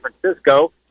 Francisco